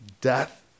death